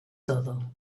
todo